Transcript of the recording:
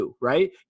right